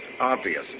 obvious